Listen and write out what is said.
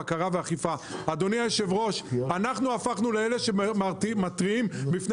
בקרה ואכיפה אנחנו הפכנו להיות אלה שמתריעים בפני